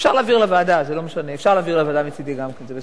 אפשר להעביר לוועדה מצדי גם כן, זה בסדר.